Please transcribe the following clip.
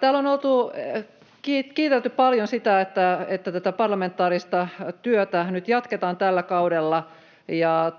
Täällä on kiitelty paljon sitä, että tätä parlamentaarista työtä nyt jatketaan tällä kaudella.